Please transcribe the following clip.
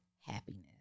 happiness